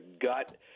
gut